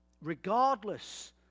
regardless